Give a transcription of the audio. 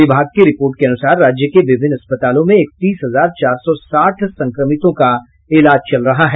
विभाग की रिपोर्ट के अनुसार राज्य के विभिन्न अस्पतालों में इकतीस हजार चार सौ साठ संक्रमितों का इलाज चल रहा है